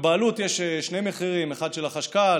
ובעלות יש שני מחירים: אחד של החשכ"ל,